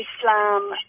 Islam